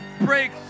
Break